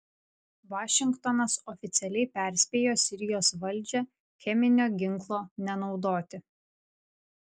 vašingtonas oficialiai perspėjo sirijos valdžią cheminio ginklo nenaudoti